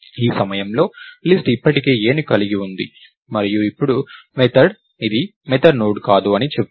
ఈ సమయంలో లిస్ట్ ఇప్పటికే a ని కలిగి ఉంది మరియు ఇప్పుడు మెథడ్ ఇది మొదటి నోడ్ కాదు అని చెప్తుంది